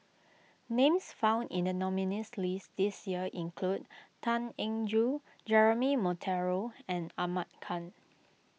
names found in the nominees' list this year include Tan Eng Joo Jeremy Monteiro and Ahmad Khan